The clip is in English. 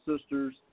sisters